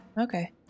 Okay